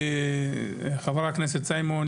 חבר הכנסת סימון,